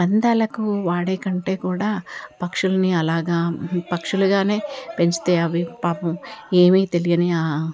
పందాలకు వాడే కంటే కూడా పక్షులని అలాగా పక్షులుగానే పెంచితే అవి పాపం ఏమీ తెలియని ఆ